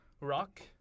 rock